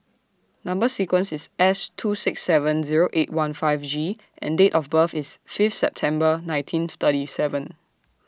Number sequence IS S two six seven Zero eight one five G and Date of birth IS Fifth December nineteen thirty seven